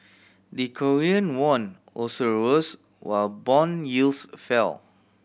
the Korean won also rose while bond yields fell